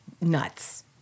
nuts